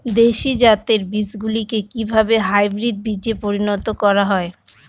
দেশি জাতের বীজগুলিকে কিভাবে হাইব্রিড বীজে পরিণত করা হয়?